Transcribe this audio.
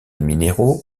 minéraux